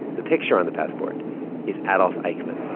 the picture on the passport is adolf eichmann